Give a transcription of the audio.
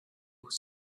lose